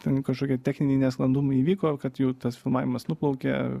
ten kažkokie techniniai nesklandumai įvyko kad jau tas filmavimas nuplaukė